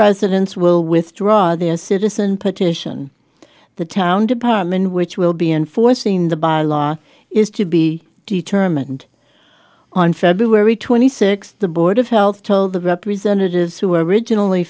residents will withdraw their citizen petition the town department which will be enforcing the law is to be determined on february twenty sixth the board of health told the representatives who originally